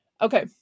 Okay